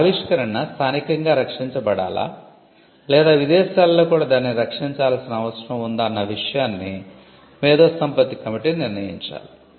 ఒక ఆవిష్కరణ స్థానికంగా రక్షించబడాలా లేదా విదేశాలలో కూడా దానిని రక్షించాల్సిన అవసరం ఉందా అన్న విషయాన్ని మేధోసంపత్తి కమిటీ నిర్ణయించాలి